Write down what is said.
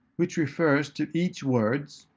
which refers to each word's,